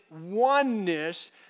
oneness